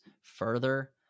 further